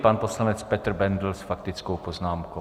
Pan poslanec Petr Bendl s faktickou poznámkou.